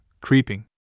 creeping